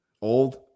old